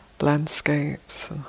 landscapes